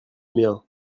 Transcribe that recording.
mien